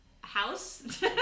House